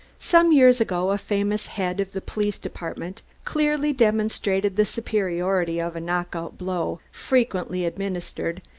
some years ago a famous head of the police department clearly demonstrated the superiority of a knock-out blow, frequently administered,